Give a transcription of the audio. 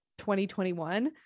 2021